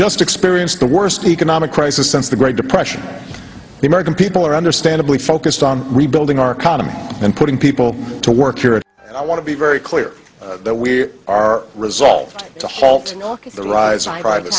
just experienced the worst economic crisis since the great depression the american people are understandably focused on rebuilding our economy and putting people to work europe i want to be very clear that we are resolved to halt the rise